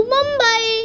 Mumbai